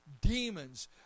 demons